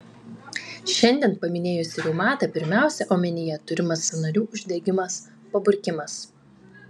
šiandien paminėjus reumatą pirmiausia omenyje turimas sąnarių uždegimas paburkimas